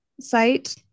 site